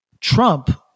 Trump